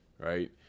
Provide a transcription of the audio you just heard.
Right